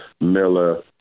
miller